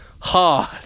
hard